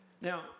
Now